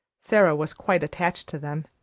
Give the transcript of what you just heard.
sara was quite attached to them,